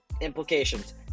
implications